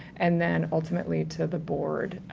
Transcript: and then ultimately to the board,